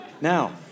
Now